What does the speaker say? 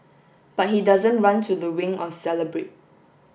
but he doesn't run to the wing or celebrate